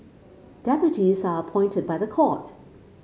deputies are appointed by the court